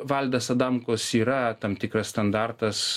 valdas adamkus yra tam tikras standartas